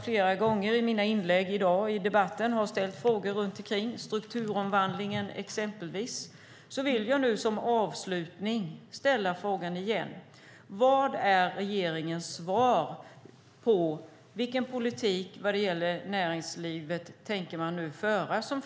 Flera gånger i mina inlägg i dag här i debatten har jag ställt frågor om strukturomvandlingen exempelvis. Därför vill jag nu som avslutning igen ställa frågan: Vad är regeringens svar på frågan om vilken politik när det gäller näringslivet man nu tänker föra?